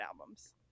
albums